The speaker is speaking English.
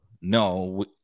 no